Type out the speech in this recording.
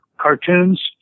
cartoons